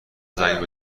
زنگ